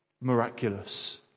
miraculous